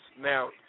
Now